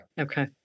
Okay